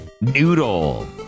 Noodle